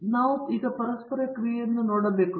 ಸರಿ ನಾವು ಪರಸ್ಪರ ಕ್ರಿಯೆಯನ್ನು ನೋಡಬೇಕು